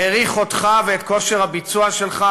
העריך אותך ואת כושר הביצוע שלך,